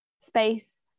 space